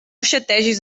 xategis